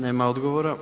Nema odgovora.